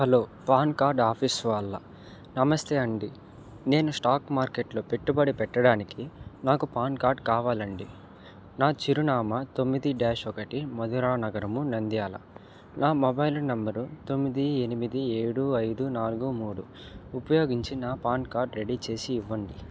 hello pan card office వాళ్ళా నమస్తే అండి నేను స్టాక్ మార్కెట్లో పెట్టుబడి పెట్టడానికి నాకు పాన్ కార్డ్ కావాలండి నా చిరునామా తొమ్మిది డ్యాష్ ఒకటి మధురా నగరము నంద్యాల నా మొబైల్ నంబరు తొమ్మిది ఎనిమిది ఏడు ఐదు నాలుగు మూడు ఉపయోగించి నా పాన్ కార్డ్ రెడీ చేసి ఇవ్వండి